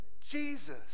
Jesus